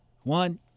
one